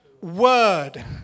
word